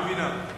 היושבת-ראש מבינה.